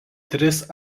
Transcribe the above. tris